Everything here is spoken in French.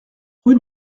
rue